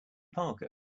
parker